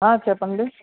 చెప్పండి